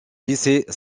lycée